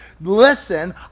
Listen